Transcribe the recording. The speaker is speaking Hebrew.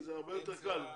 זה הרבה יותר קל.